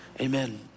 Amen